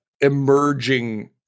emerging